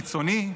קיצוני.